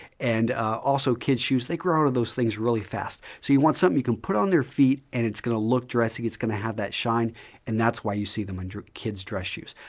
and also, kids' shoes, they grow out of those things really fast, so you want something you can put on their feet and it's going to look dressy. it's going to have that shine and that's why you see them and in kids' dress shoes.